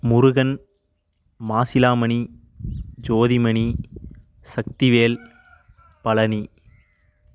Murugan Masilamani Jothimani Sakthivel Palani